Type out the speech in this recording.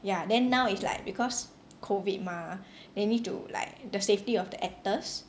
ya then now is like because COVID mah they need to like the safety of the actors